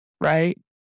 right